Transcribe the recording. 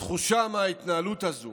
התחושה מההתנהלות הזו